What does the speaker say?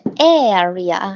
area